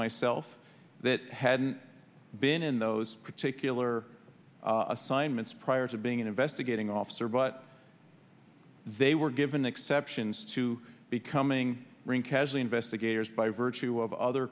myself that hadn't been in those particular assignments prior to being an investigating officer but they were given exceptions to becoming rink as investigators by virtue of other